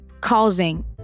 causing